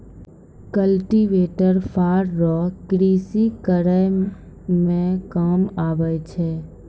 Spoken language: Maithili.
कल्टीवेटर फार रो कृषि करै मे काम आबै छै